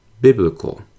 biblical